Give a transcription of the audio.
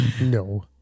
No